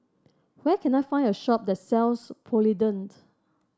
where can I find a shop that sells Polident